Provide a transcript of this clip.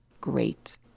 great